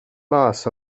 mas